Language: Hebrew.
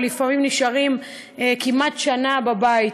ולפעמים נשארים כמעט שנה בבית.